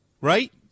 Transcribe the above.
Right